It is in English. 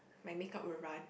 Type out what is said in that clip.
my make up will run